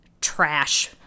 trash